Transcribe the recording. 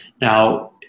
Now